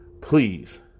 Please